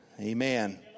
Amen